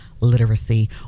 literacy